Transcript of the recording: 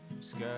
sky